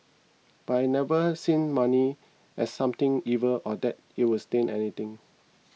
but I've never seen money as something evil or that it was taint anything